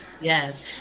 Yes